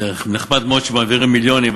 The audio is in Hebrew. זה נחמד מאוד שמעבירים מיליונים,